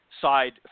side